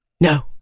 No